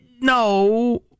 No